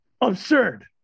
absurd